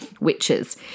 witches